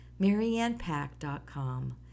mariannepack.com